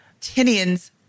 Tinian's